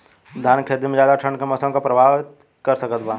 धान के खेती में ज्यादा ठंडा के मौसम का प्रभावित कर सकता बा?